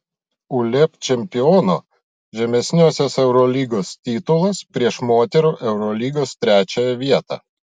uleb čempiono žemesniosios eurolygos titulas prieš moterų eurolygos trečiąją vietą